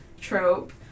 trope